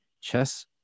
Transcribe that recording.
chess